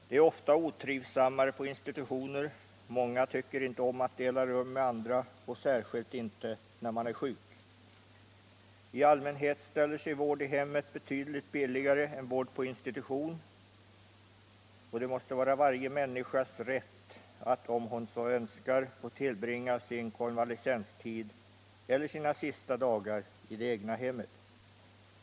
Det är ofta otrivsammare på institution. Många tycker inte om att dela rum med andra människor, särskilt inte när man är sjuk. I allmänhet ställer sig också vård i hemmet betydligt billigare än vård på institution, och det måste vara varje människas rätt att, om hon så önskar, få tillbringa sin konvalescenstid eller sina sista dagar i det egna hemmet.